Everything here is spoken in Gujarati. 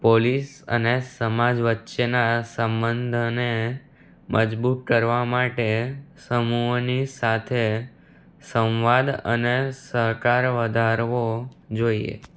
પોલીસ અને સમાજ વચ્ચેના સંબંધને મજબૂત કરવા માટે સમૂહોઓની સાથે સંવાદ અને સહકાર વધારવો જોઈએ